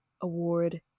Award